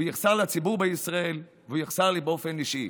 יחסר לציבור בישראל ויחסר לי באופן אישי.